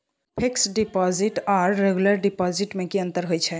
Fix deposit आर regular deposit में की अंतर होय छै?